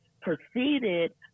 proceeded